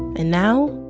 and now.